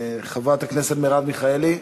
חברת הכנסת מרב מיכאלי,